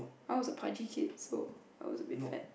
I was a pudgy kid so I was a bit fat